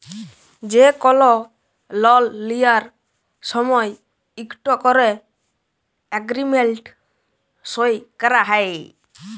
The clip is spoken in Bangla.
যে কল লল লিয়ার সময় ইকট ক্যরে এগ্রিমেল্ট সই ক্যরা হ্যয়